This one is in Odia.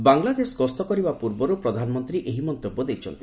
ବାଂଲାଦେଶ ଗସ୍ତ କରିବା ପୂର୍ବରୁ ପ୍ରଧାନମନ୍ତ୍ରୀ ଏହି ମନ୍ତବ୍ୟ ଦେଇଛନ୍ତି